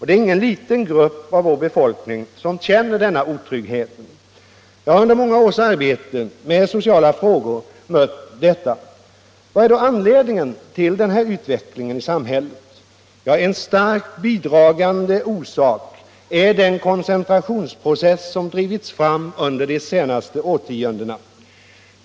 Det är ingen liten grupp av vår befolkning som känner denna otrygghet. Jag har under många års arbete med sociala frågor mött detta. Vad är då anledningen till den utvecklingen i samhället? En starkt bidragande orsak är den koncentrationsprocess som drivits fram under de senaste årtiondena.